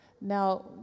Now